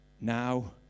Now